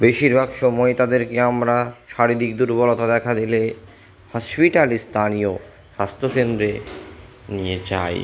বেশিরভাগ সময় তাদেরকে আমরা শারীরিক দুর্বলতা দেখা দিলে হসপিটালে স্থানীয় স্বাস্থ্যকেন্দ্রে নিয়ে যাই